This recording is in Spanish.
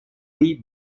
wii